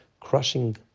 Crushing